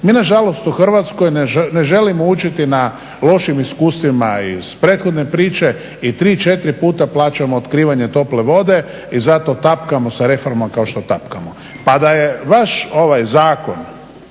Mi nažalost u Hrvatskoj ne želimo učiti na lošim iskustvima iz prethodne priče i 3, 4 puta plaćamo otkrivanje tople vode i zato tapkamo sa reformama kao što tapkamo. Pa da je ovaj vaš zakon